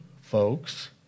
folks